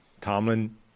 Tomlin